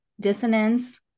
dissonance